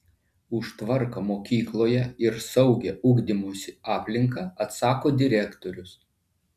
už tvarką mokykloje ir saugią ugdymosi aplinką atsako direktorius